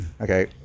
Okay